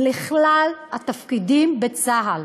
לכלל התפקידים בצה"ל.